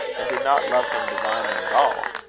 and did not love him divinely at all.